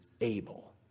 able